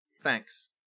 Thanks